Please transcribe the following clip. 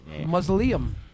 Mausoleum